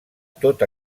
tot